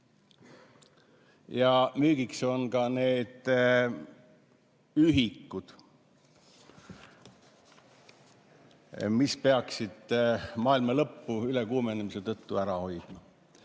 Müügiks on ka need ühikud, mis peaksid maailma lõpu (ülekuumenemise tõttu) ära hoidma.